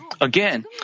again